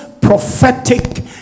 prophetic